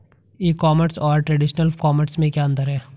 ई commerce और traditional commerce में क्या अंतर है?